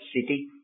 city